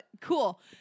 Cool